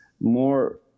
more